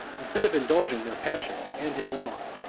instead of indulging their passions and his own,